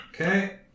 Okay